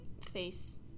Face